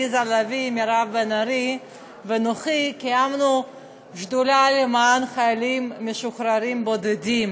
מירב בן ארי ואנוכי קיימנו שדולה למען חיילים משוחררים בודדים.